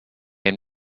and